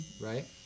Right